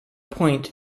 point